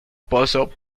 pozo